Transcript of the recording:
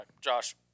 Josh